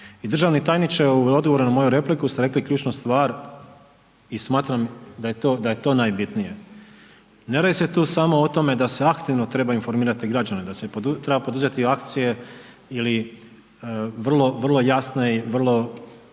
državni tajniče u odgovoru na moju repliku ste rekli ključnu stvar i smatram da je to najbitnije. Ne radi se tu sam o tome da se aktivno trebaju informirati građani, da se treba poduzeti akcije ili vrlo, vrlo jasne i vrlo